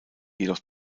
jedoch